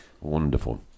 Wonderful